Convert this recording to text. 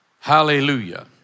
Hallelujah